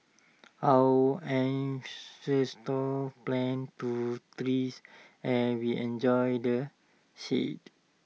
our ancestors planted to trees and we enjoy the shade